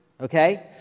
okay